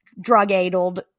drug-addled